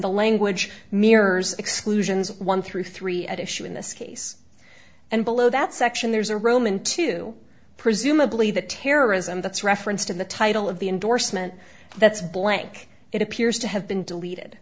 the language mirrors exclusions one through three at issue in this case and below that section there's a roman two presumably the terrorism that's referenced in the title of the endorsement that's blank it appears to have been deleted